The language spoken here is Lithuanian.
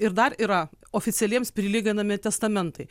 ir dar yra oficialiems prilyginami testamentai